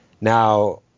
now